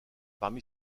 parmi